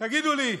תגידו לי,